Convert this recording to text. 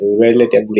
relatively